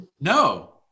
No